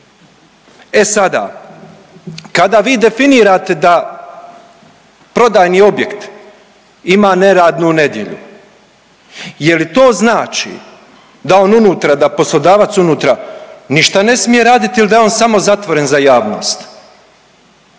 E sada, kada vi definirate da prodajni objekt ima neradnu nedjelju je li to znači da on unutra, da poslodavac unutra ništa ne smije raditi jel da je on samo zatvoren za javnost.